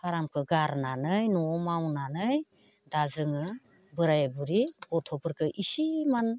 फारामखौ गारनानै न'आव मावनानै दा जोङो बोराइ बुरै गथ'फोरखौ इसेमान